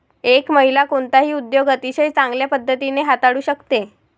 एक महिला कोणताही उद्योग अतिशय चांगल्या पद्धतीने हाताळू शकते